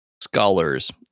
scholars